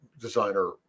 designer